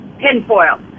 Tinfoil